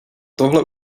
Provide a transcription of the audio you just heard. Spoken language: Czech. tohle